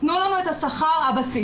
תנו לנו את שכר הבסיס,